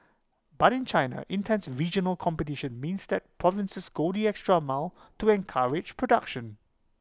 but in China intense regional competition means that provinces go the extra mile to encourage production